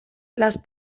las